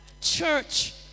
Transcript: Church